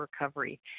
recovery